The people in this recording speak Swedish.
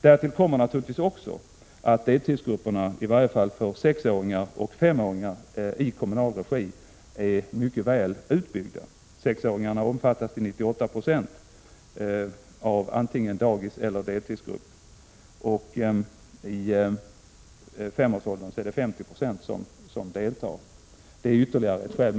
Därtill kommer naturligtvis också att deltidsgrupper i varje fall för sexåringar och femåringar i kommunal regi är mycket väl utbyggda. Sexåringarna omfattas till 98 26 av antingen dagis eller deltidsgrupper. I femårsåldern är det 50 96 som deltar. Det är ytterligare ett skäl.